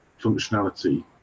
functionality